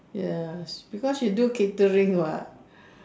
ya because she do catering what